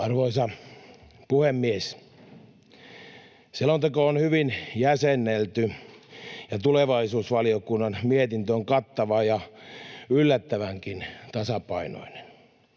Arvoisa puhemies! Selonteko on hyvin jäsennelty, ja tulevaisuusvaliokunnan mietintö on kattava ja yllättävänkin tasapainoinen.